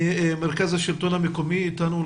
מרכז השלטון המקומי אתנו?